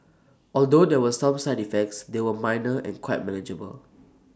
although there were some side effects they were minor and quite manageable